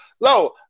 no